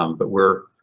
um but we're